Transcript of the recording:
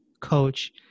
coach